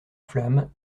flammes